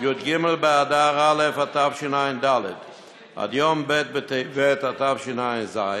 י”ג באדר א' התשע”ד עד יום ב' בטבת התשע”ז,